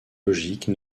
logiques